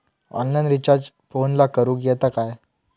Online recharge फोनला करूक येता काय?